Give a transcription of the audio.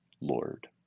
Lord